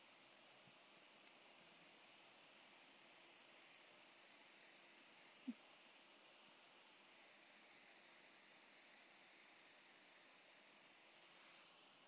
hmm